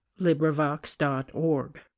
LibriVox.org